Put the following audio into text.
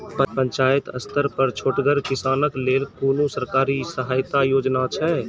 पंचायत स्तर पर छोटगर किसानक लेल कुनू सरकारी सहायता योजना छै?